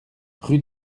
rue